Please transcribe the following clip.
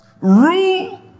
rule